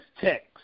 text